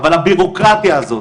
אבל הבירוקרטיה הזאת,